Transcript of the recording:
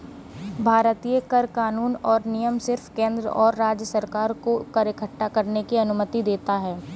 भारतीय कर कानून और नियम सिर्फ केंद्र और राज्य सरकार को कर इक्कठा करने की अनुमति देता है